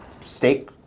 steak